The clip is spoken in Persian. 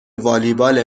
والیبال